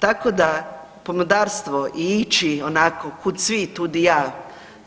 Tako da pomodarstvo i ići ono, kud svi, tu i ja,